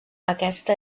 aquesta